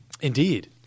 Indeed